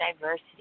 diversity